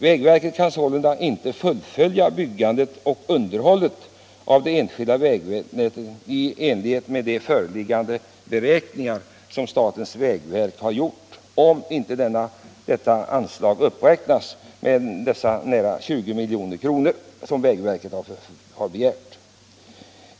Vägverket kan sålunda inte fullfölja byggandet och underhållet av det enskilda vägnätet i enlighet med de beräkningar som vägverket gjort om inte det föreslagna anslaget uppräknas med de ytterligare 20 milj.kr. som vägverket begärt.